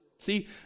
See